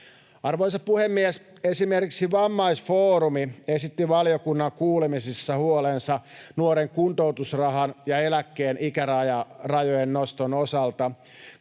Arvoisa puhemies! Esimerkiksi Vammaisfoorumi esitti valiokunnan kuulemisissa huolensa nuoren kuntoutusrahan ja eläkkeen ikärajojen noston osalta,